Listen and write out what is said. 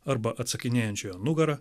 arba atsakinėjančiojo nugarą